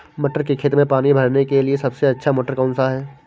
मटर के खेत में पानी भरने के लिए सबसे अच्छा मोटर कौन सा है?